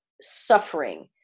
suffering